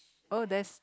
oh that's